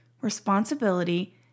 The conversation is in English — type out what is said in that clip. responsibility